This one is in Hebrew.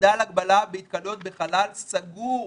הקפדה על הגבלת התקהלויות בחלל סגור,